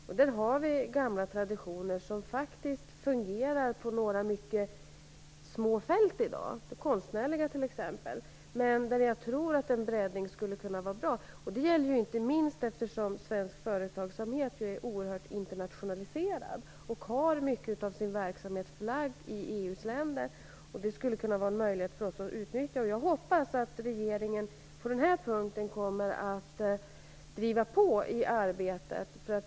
Vi har där i dag på några mycket små fält gamla traditioner som faktiskt fungerar, t.ex. på det konstnärliga området, men där jag tror att en breddning skulle kunna vara bra. Det gäller inte minst eftersom svensk företagsamhet är oerhört internationaliserad och har mycket av sin verksamhet förlagd till EU:s länder. Detta skulle kunna vara en möjlighet för oss att utnyttja. Jag hoppas att regeringen på den här punkten kommer att driva på i arbetet.